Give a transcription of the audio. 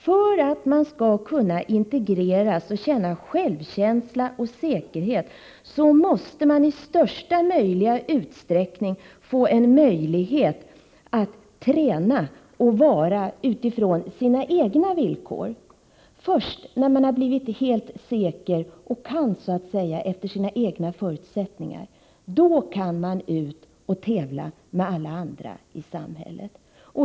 För att man skall kunna integreras och känna självkänsla och säkerhet måste man i största möjliga utsträckning få en möjlighet att träna och vara utifrån sina egna villkor. Först när man har blivit helt säker och kan något, efter sina egna förutsättningar, kan man ge sig ut och tävla med alla andra i samhället.